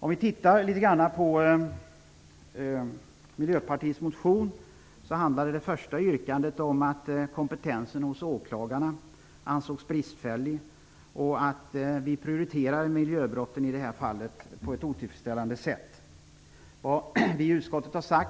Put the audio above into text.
Det första yrkandet i Miljöpartiets motion handlar om att åklagarnas kompetens anses bristfällig och att miljöbrotten prioriteras på ett otillfredsställande sätt. Vi i utskottet säger,